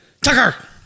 Tucker